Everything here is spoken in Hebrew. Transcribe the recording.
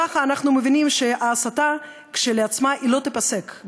כך אנחנו מבינים שההסתה כשלעצמה לא תיפסק,